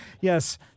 Yes